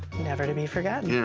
never to be forgotten. yeah